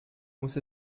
muss